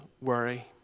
worry